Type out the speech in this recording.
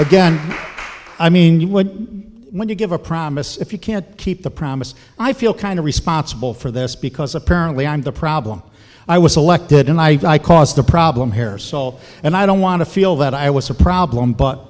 again i mean you would when you give a promise if you can't keep the promise i feel kind of responsible for this because apparently i'm the problem i was elected and i caused a problem here salt and i don't want to feel that i was a problem but